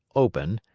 open,